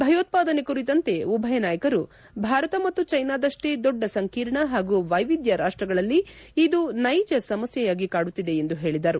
ಭಯೋತ್ಪದನೆ ಕುರಿತಂತೆ ಉಭಯ ನಾಯಕರು ಭಾರತ ಮತ್ತು ಚೈನಾದಷ್ಟೇ ದೊಡ್ಡ ಸಂಕೀರ್ಣ ಹಾಗೂ ವ್ಯೆವಿದ್ಯಯ ರಾಷ್ಪಗಳಲ್ಲಿ ಇದು ನೈಜ ಸಮಸ್ಥೆಯಾಗಿ ಕಾಡುತ್ತಿದೆ ಎಂದು ಹೇಳಿದರು